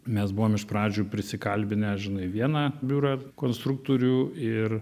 mes buvom iš pradžių prisikalbinę žinai vieną biurą konstruktorių ir